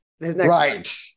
Right